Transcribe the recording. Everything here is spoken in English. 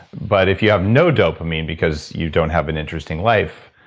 but if you have no dopamine because you don't have an interesting life,